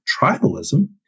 tribalism